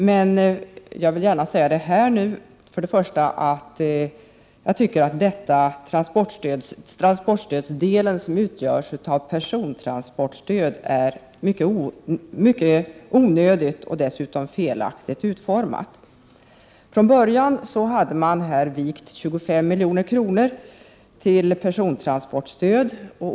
Men jag vill gärna säga att jag tycker att den transportstödsdel som utgörs av persontransportstöd är mycket onödig och dessutom felaktigt utformad. Från början hade man avsatt 25 milj.kr. till persontransportstöd.